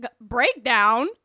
breakdown